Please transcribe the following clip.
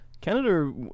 Canada